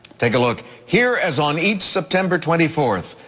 take a look. here, as on each september twenty fourth,